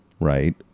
right